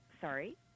Sorry